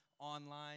Online